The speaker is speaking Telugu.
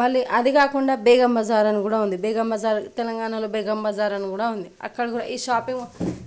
మళ్ళీ అది కాకుండా బేగం బజార్ అని కూడా ఉంది బేగం బజార్ తెలంగాణలో బేగం బజార్ అని కూడా ఉంది అక్కడ కూడా ఈ షాపింగ్